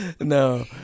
No